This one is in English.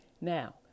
Now